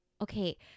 Okay